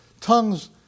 Tongues